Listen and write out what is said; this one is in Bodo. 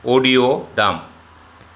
अदिय' दाम